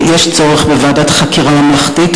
יש צורך בוועדת חקירה ממלכתית,